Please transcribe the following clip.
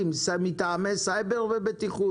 - מטעמי סייבר ובטיחות.